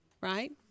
right